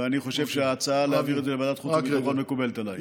ואני חושב שההצעה להעביר את זה לוועדת החוץ והביטחון מקובלת עליי.